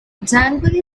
january